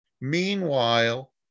Meanwhile